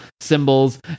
symbols